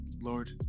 Lord